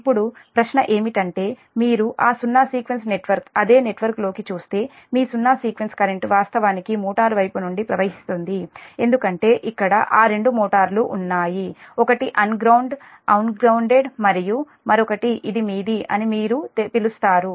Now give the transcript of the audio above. ఇప్పుడు ప్రశ్న ఏమిటంటే మీరు ఆ సున్నా సీక్వెన్స్ నెట్వర్క్ అదే నెట్వర్క్లోకి చూస్తే మీ సున్నా సీక్వెన్స్ కరెంట్ వాస్తవానికి మోటారు వైపు నుండి ప్రవహిస్తుంది ఎందుకంటే ఇక్కడ అరెండు మోటార్లు ఉన్నాయి ఒకటి అన్గ్రౌండ్డ్ అన్ గ్రౌన్దేడ్ మరియు మరొకటి ఇది మీది అని మీరు పిలుస్తారు